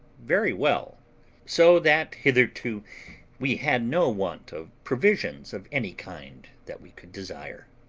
very well so that hitherto we had no want of provisions of any kind that we could desire.